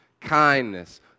kindness